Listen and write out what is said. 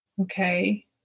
Okay